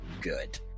good